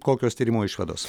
kokios tyrimo išvados